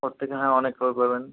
ওর থেকে এখানে অনেক কমে পাবেন